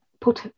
put